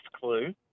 clue